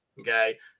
Okay